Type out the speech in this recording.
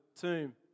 tomb